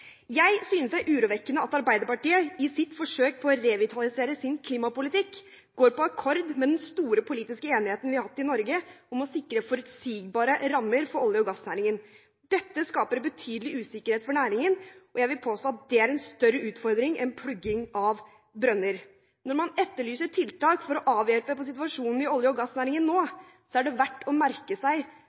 Jeg synes det er urovekkende at Arbeiderpartiet i sitt forsøk på å revitalisere sin klimapolitikk går på akkord med den store politiske enigheten vi har hatt i Norge om å sikre forutsigbare rammer for olje- og gassnæringen. Dette skaper betydelig usikkerhet for næringen, og jeg vil påstå at det er en større utfordring enn plugging av brønner. Når man etterlyser tiltak for å avhjelpe situasjonen i olje- og gassnæringen nå, er det verdt å merke seg